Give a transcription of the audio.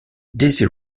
daisy